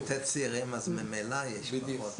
הם יותר צעירים אז ממילא יש פחות --- בדיוק.